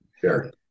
sure